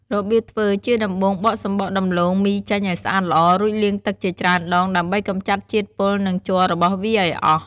របៀបធ្វើ ជាដំបូង បកសំបកដំឡូងមីចេញឲ្យស្អាតល្អ រួចលាងទឹកជាច្រើនដង ដើម្បីកម្ចាត់ជាតិពុល និងជ័ររបស់វាឲ្យអស់។